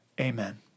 Amen